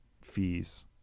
fees